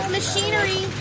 machinery